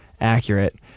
accurate